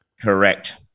Correct